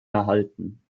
erhalten